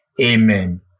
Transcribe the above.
Amen